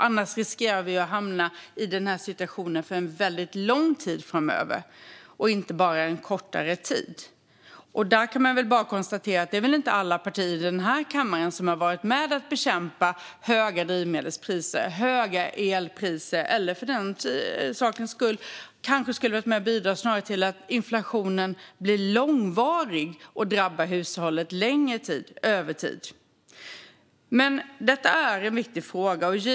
Annars riskerar vi att fastna i den här situationen för lång tid framöver och inte bara hamna i den för en kortare tid. Man kan bara konstatera att det inte är alla partier i den här kammaren som har varit med och bekämpat höga drivmedelspriser och höga elpriser. De har kanske snarare bidragit till att inflationen kan bli långvarig och drabba hushållen under längre tid. Detta är en viktig fråga.